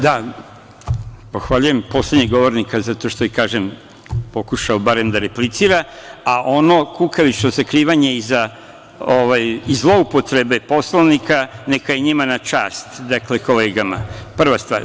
Da, pohvaljujem poslednjeg govornika zato što je pokušao barem da replicira, a ono kukavičko sakrivanje iza zloupotrebe Poslovnika neka je njima na čast, dakle, kolegama, prva stvar.